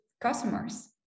customers